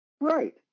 Right